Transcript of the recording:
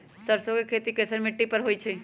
सरसों के खेती कैसन मिट्टी पर होई छाई?